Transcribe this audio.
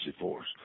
force